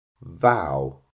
vow